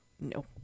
No